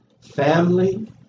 Family